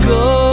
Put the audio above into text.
go